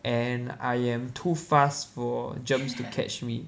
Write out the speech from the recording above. and I am too fast for germs to catch me